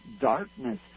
darkness